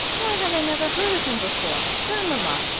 why have i never heard of him before? grandmamma!